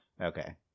okay